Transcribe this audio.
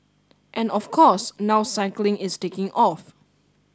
and of course now cycling is taking off